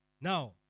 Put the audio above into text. Now